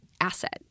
asset